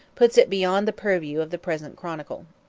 puts it beyond the purview of the present chronicle.